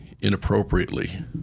inappropriately